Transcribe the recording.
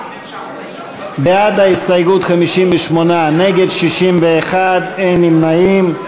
בעד ההסתייגות, 58, נגד, 61, אין נמנעים.